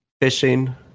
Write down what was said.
Fishing